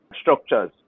structures